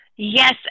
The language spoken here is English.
Yes